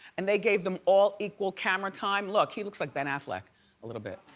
and they gave them all equal camera time. look, he looks like ben affleck a little bit.